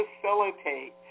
facilitate